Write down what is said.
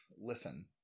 listen